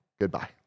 Goodbye